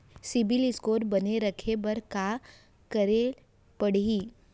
CIBIL score बने रखे बर का करे पड़ही?